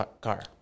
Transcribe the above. car